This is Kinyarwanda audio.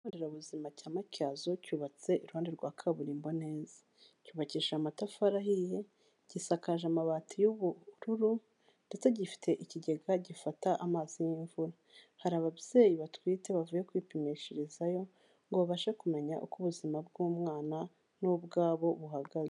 Ikigo nderabuzima cya Macyazo, cyubatse iruhande rwa kaburimbo neza, cyubakishije amatafari ahiye, gisakaje amabati y'ubururu ndetse gifite ikigega gifata amazi y'imvura, hari ababyeyi batwite bavuye kwipimishirizayo ngo babashe kumenya uko ubuzima bw'umwana n'ubwabo buhagaze.